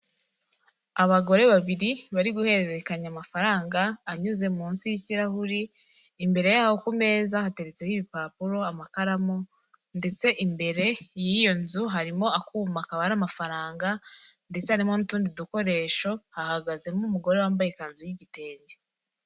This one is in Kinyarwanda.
Abagore babiri bari guhererekanya amafaranga anyuze munsi y'ikirahuri, imbere yaho ku meza hateretseho ibipapuro, amakaramu ndetse imbere y'iyo nzu harimo akuma kabara amafaranga ndetse hari n'utundi dukoresho hahagazemo umugore wambaye ikanzu y'igitenge.